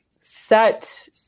set